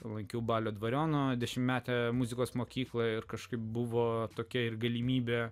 lankiau balio dvariono dešimtmetę muzikos mokyklą ir kažkaip buvo tokia ir galimybė